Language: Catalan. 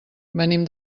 venim